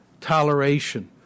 toleration